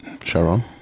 Sharon